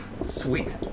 Sweet